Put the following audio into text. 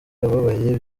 abababaye